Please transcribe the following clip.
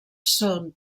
són